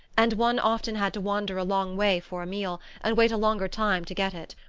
and one often had to wander a long way for a meal, and wait a longer time to get it.